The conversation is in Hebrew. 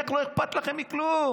איך לא אכפת לכם מכלום?